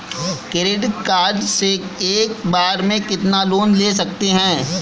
Credit card से एक बार में कितना लोन ले सकते हैं?